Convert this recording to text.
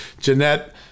Jeanette